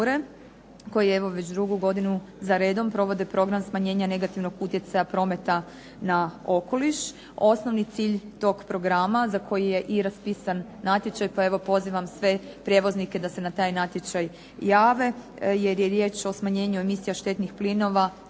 koji evo već drugu godinu za redom provode program smanjenja negativnog utjecaja prometa na okoliš. Osnovni cilj tog programa za koji je i raspisan natječaj pa evo pozivam sve prijevoznike da se na taj natječaj jave jer je riječ o smanjenju emisija štetnih plinova